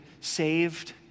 saved